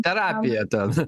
terapija ten